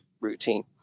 routine